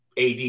AD